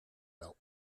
belt